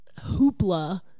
hoopla